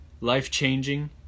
life-changing